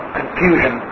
confusion